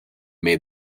made